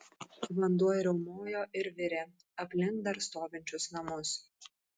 vanduo riaumojo ir virė aplink dar stovinčius namus